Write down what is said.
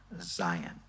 Zion